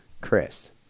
Chris